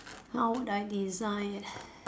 how do I design